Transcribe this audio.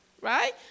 Right